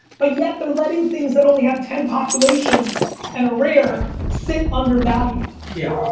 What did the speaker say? but yet they're letting things that only have ten population and are rare sit undervalued. yeah.